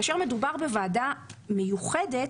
כאשר מדובר בוועדה מיוחדת,